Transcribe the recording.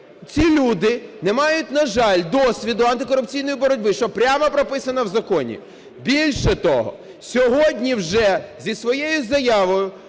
ці люди не мають, на жаль, досвіду антикорупційної боротьби, що прямо прописано в законі. Більше того, сьогодні вже зі своєю заявою